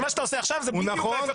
אז מה שאתה עושה עכשיו זה בדיוק ההפך